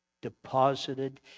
deposited